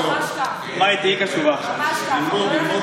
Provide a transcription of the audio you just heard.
כמה צבועים אתם.